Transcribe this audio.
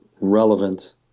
relevant